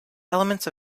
elements